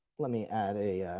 let me add a